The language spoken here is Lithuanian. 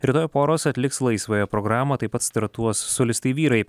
rytoj poros atliks laisvąją programą taip pat startuos solistai vyrai